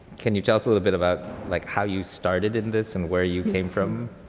can you tell us a little bit about like how you started in this and where you came from?